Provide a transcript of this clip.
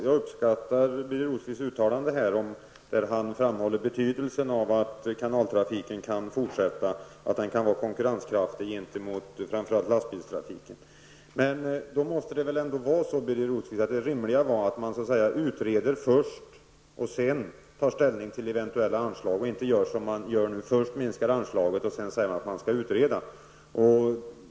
Jag uppskattar Birger Rosqvists uttalande där han framhåller betydelsen av att kanaltrafiken kan fortsätta och att den kan vara konkurrenskraftig gentemot framför allt lastbilstrafiken. Men då måste det väl ändå, Birger Rosqvist, vara rimligt att man utreder först och sedan tar ställning till eventuella anslag och inte gör som man gör nu, först minskar anslaget och sedan säger att man skall utreda.